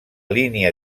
línia